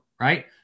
right